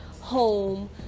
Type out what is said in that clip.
home